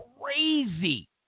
crazy